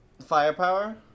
Firepower